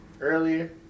earlier